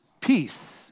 peace